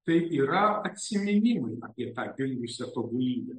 tai yra atsiminimai ir tą dingusią tobulybę